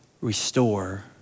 restore